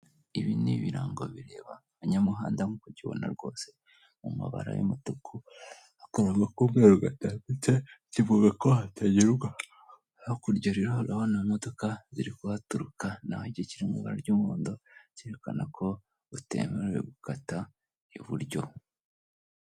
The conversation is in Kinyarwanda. Inzu ifite ibara ry'umweru ndetse n'inzugi zifite ibaraya gusa umweru n'ibirahure by'umukara hasi hari amakaro ifite ibyumba bikodeshwa ibihumbi ijana na mirongo itanu by'amafaranga y'u Rwanda.